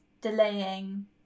delaying